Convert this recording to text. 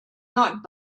not